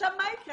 עכשיו, מה יצא?